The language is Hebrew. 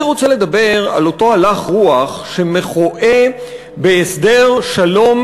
אני רוצה לדבר על אותו הלך רוח שרואה בהסדר שלום